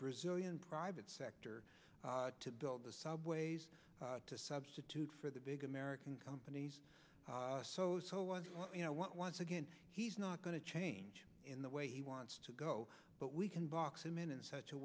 brazilian private sector to build the subways to substitute for the big american companies so you know once again he's not going to ainge in the way he wants to go but we can box him in in such a